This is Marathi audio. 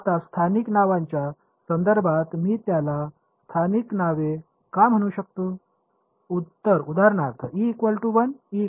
आता स्थानिक नावांच्या संदर्भात मी त्याला स्थानिक नावे का म्हणू शकतो